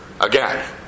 again